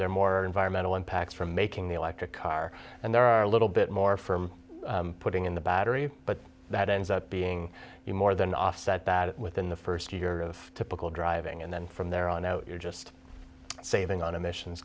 there more environmental impacts from making the electric car and there are a little bit more from putting in the battery but that ends up being more than offset bad within the first year of typical driving and then from there on out you're just saving on emissions